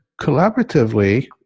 collaboratively